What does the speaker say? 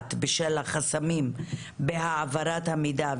נפגעת בשל החסמים בהעברת המידע,